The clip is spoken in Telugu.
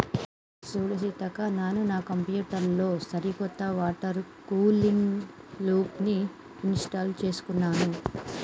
సూడు సీత నాను నా కంప్యూటర్ లో సరికొత్త వాటర్ కూలింగ్ లూప్ని ఇంస్టాల్ చేసుకున్నాను